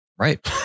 right